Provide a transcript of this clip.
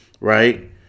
right